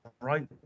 right